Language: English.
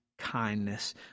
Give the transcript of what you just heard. kindness